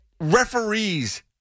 referees